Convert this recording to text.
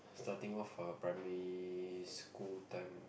starting off a primary school time